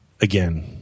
again